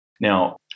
Now